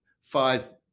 five